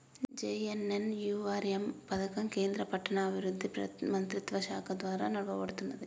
JNNURM పథకం కేంద్ర పట్టణాభివృద్ధి మంత్రిత్వశాఖ ద్వారా నడపబడుతున్నది